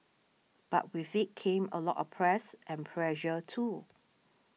but with it came a lot of press and pressure too